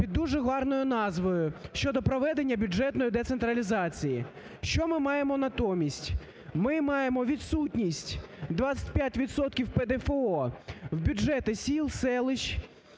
під дуже гарною назвою – щодо проведення бюджетної децентралізації. Що ми маємо натомість? Ми маємо відсутність 25 відсотків ПДФО в бюджети сіл, селищ,